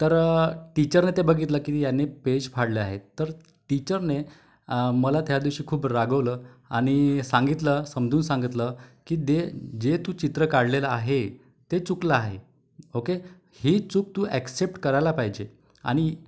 तर टीचरने ते बघितलं की याने पेज फाडले आहे तर टीचरने मला त्यादिवशी मला खूप रागवलं आणि सांगितलं समजून सांगितलं की दे जे तू चित्र काढलेलं आहे ते चुकलं आहे ओके ही चूक तू ॲक्सेप्ट करायला पाहिजे आणि